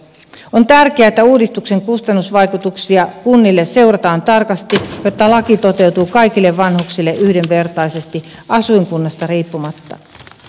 on tärkeää että uudistuksen kustannusvaikutuksia kunnille seurataan tarkasti jotta laki toteutuu kaikille vanhuksille yhdenvertaisesti asuinkunnasta riippumatta